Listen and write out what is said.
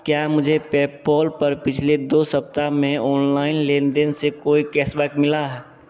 क्या मुझे पेपॉल पर पिछले दो सप्ताह में ऑनलाइन लेनदेन से कोई कैसबैक मिला